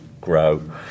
grow